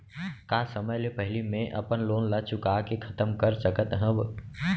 का समय ले पहिली में अपन लोन ला चुका के खतम कर सकत हव?